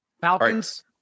Falcons